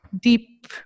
deep